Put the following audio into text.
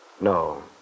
No